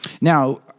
Now